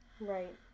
Right